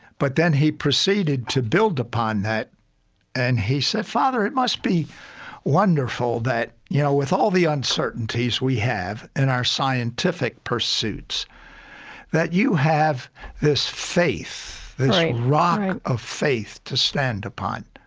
but then he proceeded to build upon that and he said, father, it must be wonderful that you know with all the uncertainties we have in our scientific pursuits that you have this faith, this rock of faith to stand upon.